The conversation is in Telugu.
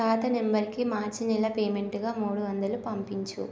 తాత నంబరుకి మార్చి నెల పేమెంటుగా మూడు వందలు పంపించు